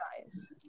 guys